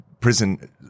prison